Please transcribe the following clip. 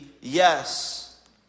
yes